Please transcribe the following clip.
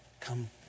Come